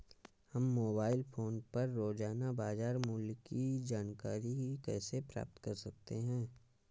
हम mobile phone पर रोजाना बाजार मूल्य की जानकारी कैसे प्राप्त कर सकते हैं?